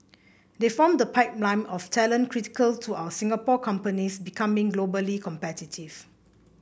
they form the pipeline of talent critical to our Singapore companies becoming globally competitive